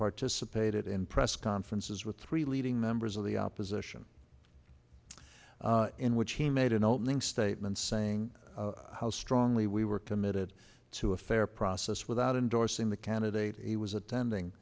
participated in press conferences with three leading members of the opposition in which he made an opening statement saying how strongly we were committed to a fair process without endorsing the candidate he was attending